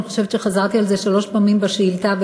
אני חושבת שחזרתי על זה שלוש פעמים בתשובה,